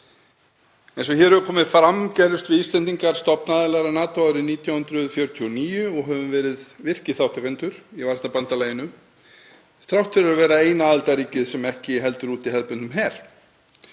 Eins og hefur komið fram gerðumst við Íslendingar stofnaðilar að NATO árið 1949 og höfum verið virkir þátttakendur í varnarbandalaginu þrátt fyrir að vera eina aðildarríkið sem ekki heldur úti hefðbundnum her.